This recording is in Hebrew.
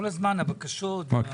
כל הבקשות.